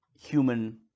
human